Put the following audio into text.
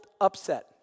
upset